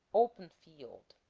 open field